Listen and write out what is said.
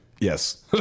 Yes